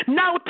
now